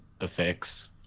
effects